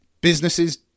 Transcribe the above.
Businesses